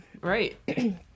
Right